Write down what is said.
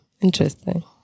interesting